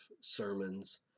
sermons